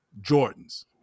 Jordans